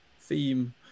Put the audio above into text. theme